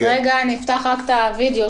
רוצה לדבר על העבר,